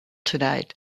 tonight